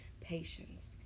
patience